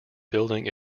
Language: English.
building